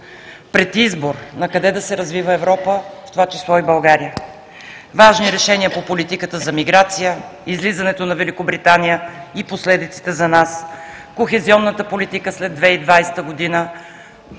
пред избор накъде да се развива Европа, в това число и България, важни решения по политиката за миграция, излизането на Великобритания и последиците за нас, кохезионната политика след 2020 г. и